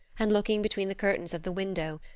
and looking between the curtains of the window,